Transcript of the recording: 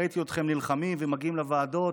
ראיתי אתכם נלחמים ומגיעים לוועדות,